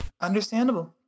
Understandable